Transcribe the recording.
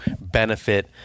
benefit